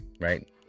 right